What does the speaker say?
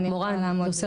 דקה.